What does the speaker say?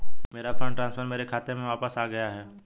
मेरा fund transfer मेरे खाते में वापस आ गया है